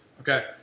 Okay